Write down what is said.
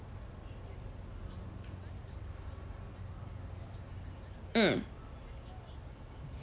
mm